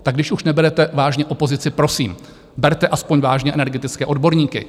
Tak když už neberete vážně opozici, prosím, berte aspoň vážně energetické odborníky.